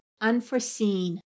unforeseen